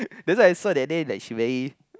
that's what I saw that day like she very